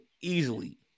easily